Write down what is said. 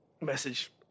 message